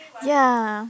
ya